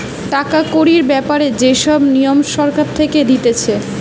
টাকা কড়ির ব্যাপারে যে সব নিয়ম সরকার থেকে দিতেছে